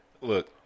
Look